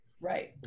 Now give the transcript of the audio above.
Right